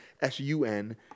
S-U-N